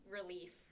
relief